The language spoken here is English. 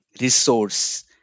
resource